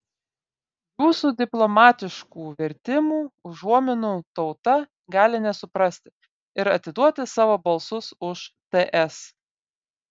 jūsų diplomatiškų vertinimų užuominų tauta gali nesuprasti ir atiduoti savo balsus už ts